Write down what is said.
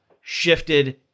shifted